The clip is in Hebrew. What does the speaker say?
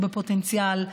שהוא בפוטנציאל,